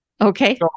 Okay